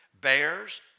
Bears